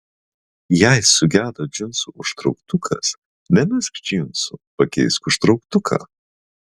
jei sugedo džinsų užtrauktukas nemesk džinsų pakeisk užtrauktuką